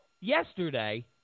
yesterday